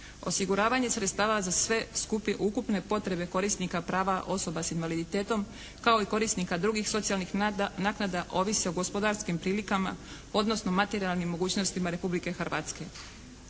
Osiguravanje sredstava za sve skupi ukupne potrebne korisnika prava osoba s invaliditetom kao i korisnika drugih socijalnih naknada ovise o gospodarskim prilikama, odnosno materijalnim mogućnostima Republike Hrvatske.